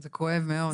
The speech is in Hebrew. זה כואב מאוד.